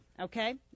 okay